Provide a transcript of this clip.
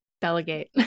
delegate